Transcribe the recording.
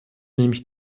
nämlich